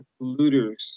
polluters